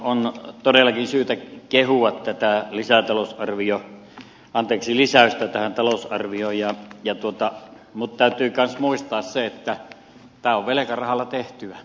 on todellakin syytä kehua tätä lisäystä tähän talousarvioon mutta täytyy kanssa muistaa se että tämä on velkarahalla tehtyä